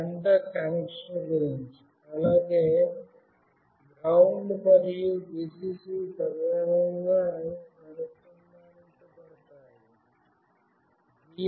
ఇదంతా కనెక్షన్ గురించి అలాగే గ్రౌండ్ మరియు Vcc తదనుగుణంగా అనుసంధానించబడతాయి